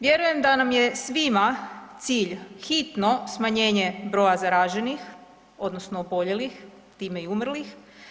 Vjerujem da nam je svima cilj hitno smanjenje broja zaraženih odnosno oboljelih time i umrlih.